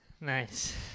Nice